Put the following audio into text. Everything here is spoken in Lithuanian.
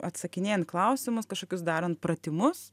atsakinėjant klausimus kažkokius darant pratimus